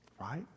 Right